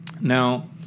Now